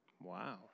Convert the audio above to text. Wow